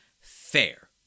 Fair